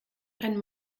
ein